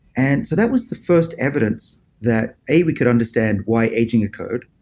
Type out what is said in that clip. and so that was the first evidence that a, we could understand why aging occurred.